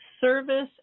service